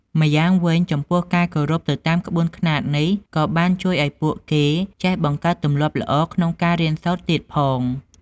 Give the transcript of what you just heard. ម្យ៉ាងវិញចំពោះការគោរពទៅតាមក្បួនខ្នាតនេះក៏បានជួយឲ្យពួកគេចេះបង្កើតទម្លាប់ល្អក្នុងការរៀនសូត្រទៀតផង។